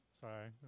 Sorry